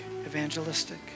evangelistic